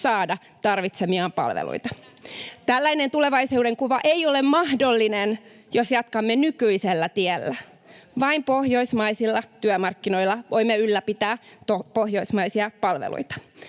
saada tarvitsemiaan palveluita. Tällainen tulevaisuudenkuva ei ole mahdollinen, jos jatkamme nykyisellä tiellä. Vain pohjoismaisilla työmarkkinoilla voimme ylläpitää pohjoismaisia palveluita.